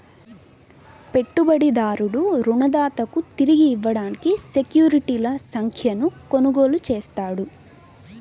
పెట్టుబడిదారుడు రుణదాతకు తిరిగి ఇవ్వడానికి సెక్యూరిటీల సంఖ్యను కొనుగోలు చేస్తాడు